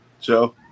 Joe